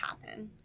happen